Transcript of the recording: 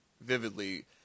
vividly